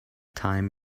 time